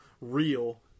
real